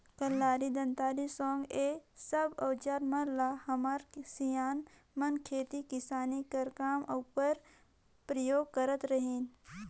कलारी, दँतारी, साँगा ए सब अउजार मन ल हमर सियान मन खेती किसानी कर काम उपर परियोग करत रहिन